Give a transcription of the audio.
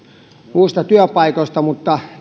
uusista työpaikoista mutta